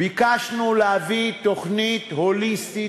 ביקשנו להביא תוכנית הוליסטית,